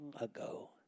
ago